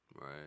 Right